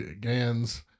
Gans